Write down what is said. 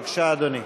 בבקשה, אדוני.